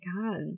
god